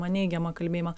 neigiamą kalbėjimą